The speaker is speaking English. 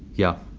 yeah,